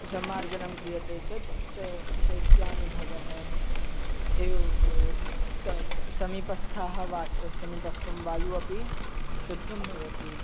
सम्मार्जनं क्रियते चेद् शा शैत्यानुभवः त समीपस्थाः वाय् समीपस्थः वायुः अपि शुद्धः भवति